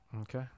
Okay